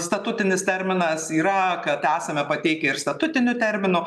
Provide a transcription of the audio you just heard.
statutinis terminas yra kad esame pateikę ir statutiniu terminu